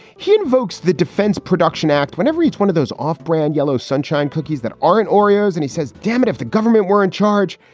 he invokes the defense production act whenever each one of those off brand yellow sunshine cookies that aren't oreos. and he says, damn it, if the government were in charge,